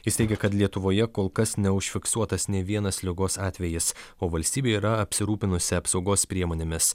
jis teigia kad lietuvoje kol kas neužfiksuotas nė vienas ligos atvejis o valstybė yra apsirūpinusi apsaugos priemonėmis